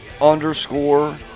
underscore